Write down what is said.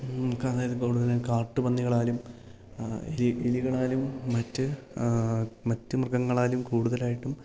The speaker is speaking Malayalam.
നമുക്കതായത് കൂടുതലായും കാട്ട് പന്നികളാലും എലി എലികളാലും മറ്റ് മറ്റ് മൃഗങ്ങളാലും കൂടുതലായിട്ടും